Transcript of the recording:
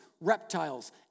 reptiles